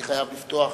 אני חייב לפתוח